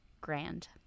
grand